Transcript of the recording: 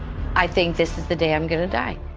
i think this is the day i'm going to die.